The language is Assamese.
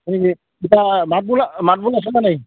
হয় নেকি এতিয়া মাতবোল মাতবোল আছেনে নাই